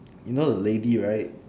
you know the lady right